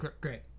Great